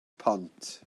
pont